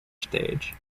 stage